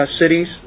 cities